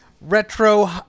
retro